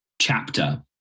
chapter